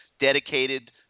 dedicated